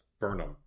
Burnham